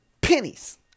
Pennies